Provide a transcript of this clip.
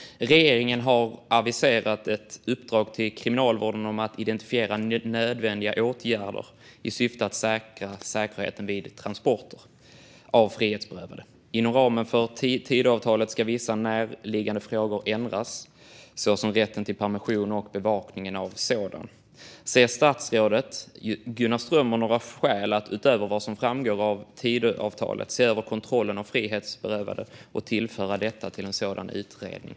Regeringen har aviserat ett uppdrag till Kriminalvården om att identifiera nödvändiga åtgärder i syfte att säkra säkerheten vid transporter av frihetsberövade. Inom ramen för Tidöavtalet ska vissa närliggande frågor ändras, såsom rätten till permission och bevakningen av sådan. Ser statsrådet Gunnar Strömmer några skäl att utöver vad som framgår av Tidöavtalet se över kontrollen av frihetsberövade och tillföra detta till en sådan utredning?